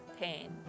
pain